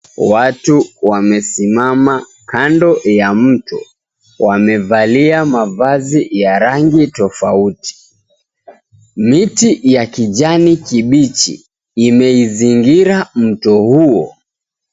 Watu wamesimama kando ya mto. Wamevalia mavazi ya rangi tofauti. Miti ya kijani kibichi imizingira mto huo.